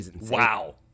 Wow